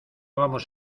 vamos